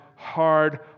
hard